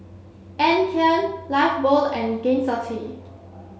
Anne Klein Lifebuoy and Gain City